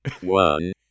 one